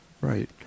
Right